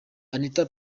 anita